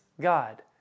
God